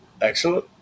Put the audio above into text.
Excellent